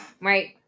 right